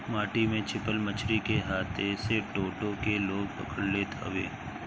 माटी में छिपल मछरी के हाथे से टो टो के लोग पकड़ लेत हवे